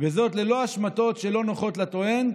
וזאת ללא השמטות שאינן נוחות לטוען,